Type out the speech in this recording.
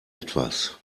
etwas